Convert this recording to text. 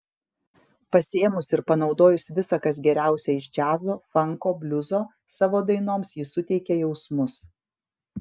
pasiėmus ir panaudojus visa kas geriausia iš džiazo fanko bliuzo savo dainoms ji suteikia jausmus